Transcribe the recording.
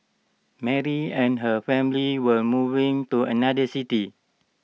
Mary and her family were moving to another city